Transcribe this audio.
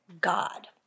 God